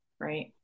right